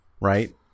right